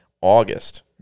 August